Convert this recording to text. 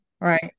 Right